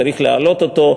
צריך להעלות אותו,